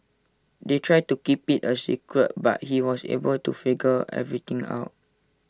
they tried to keep IT A secret but he was able to figure everything out